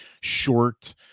short